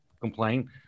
complain